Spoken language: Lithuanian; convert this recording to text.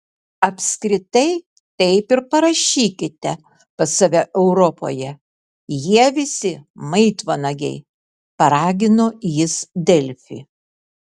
apskritai taip ir parašykite pas save europoje jie visi maitvanagiai paragino jis delfi